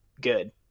good